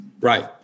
Right